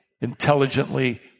intelligently